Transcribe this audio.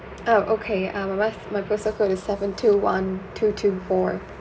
oh okay uh my f~ my postal code is seven two one two two four